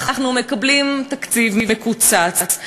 אנחנו מקבלים תקציב מקוצץ,